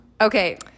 okay